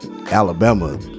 Alabama